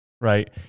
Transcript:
right